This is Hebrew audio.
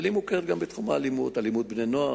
אבל היא מוכרת גם בתחום האלימות: אלימות בני-נוער,